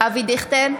אבי דיכטר,